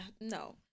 no